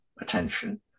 attention